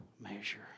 measure